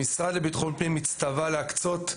המשרד לביטחון פנים הצטווה להקצות,